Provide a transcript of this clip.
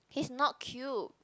he's not cute